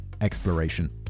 exploration